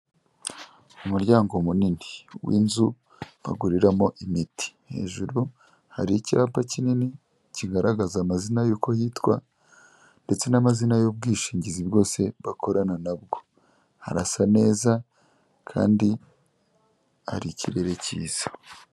Umuryango munini w'inzu baguriramo imiti, hejuru hari icyapa kinini kigaragaza amazina y'uko yitwa ndetse n'amazina y'ubwishingizi bwose bakorana na bwo, harasa neza kandi hari ikirere cyiza.